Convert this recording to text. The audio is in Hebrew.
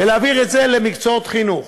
ולהעביר את זה למקצועות חינוך,